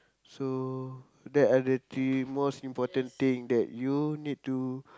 so that are the three most important things that you need to